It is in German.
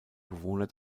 bewohner